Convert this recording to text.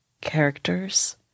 characters